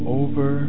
over